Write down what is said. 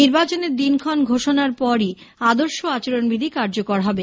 নির্বাচনের দিনক্ষণ ঘোষণার পরই আদর্শ আচরণবিধি কার্যকর হবে